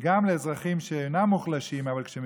וגם לאזרחים שאינם מוחלשים אבל כשהם